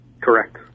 Correct